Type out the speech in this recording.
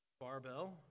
barbell